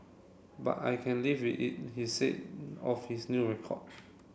but I can live with it he said of his new record